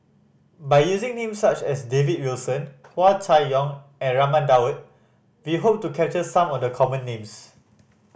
by using names such as David Wilson Hua Chai Yong and Raman Daud we hope to capture some of the common names